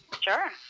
sure